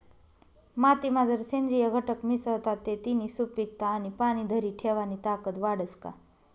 मातीमा जर सेंद्रिय घटक मिसळतात ते तिनी सुपीकता आणि पाणी धरी ठेवानी ताकद वाढस का?